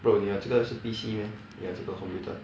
bro 你的这个是 P_C meh 你的这个 computer